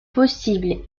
possibles